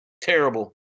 terrible